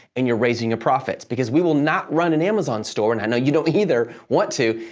and you're raising a profits. because we will not run an amazon store, and i know you don't either want to,